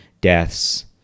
deaths